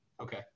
okay